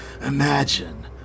Imagine